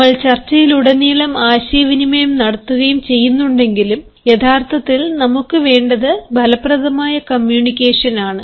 നമ്മൾ ഉടനീളം ആശയവിനിമയം നടത്തുകയും ചെയ്യുന്നുണ്ടെങ്കിലും യഥാർത്ഥത്തിൽ നമുക്ക് വേണ്ടത് ഫലപ്രദമായ കമ്മ്യൂണിക്കേഷൻ ആണ്